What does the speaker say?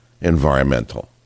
environmental